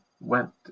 went